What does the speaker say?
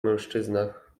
mężczyznach